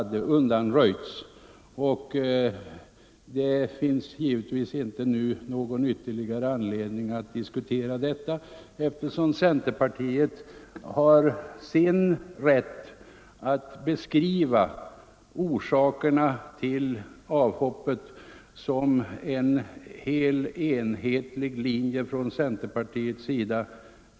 Det finns givetvis inte nu någon anledning att ytterligare diskutera detta, eftersom centerpartiet har full rätt att beskriva orsakerna till avhoppet som en enhetlig linje från centerpartiets sida.